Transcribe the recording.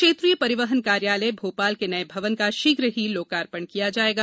क्षेत्रीय परिवहन कार्यालय भोपाल के नए भवन का शीघ्र ही लोकार्पण किया जाएगा